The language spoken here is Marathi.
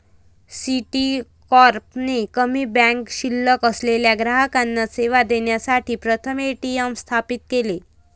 सिटीकॉर्प ने कमी बँक शिल्लक असलेल्या ग्राहकांना सेवा देण्यासाठी प्रथम ए.टी.एम स्थापित केले